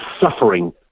suffering